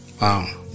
wow